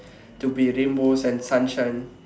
to be rainbows and sunshine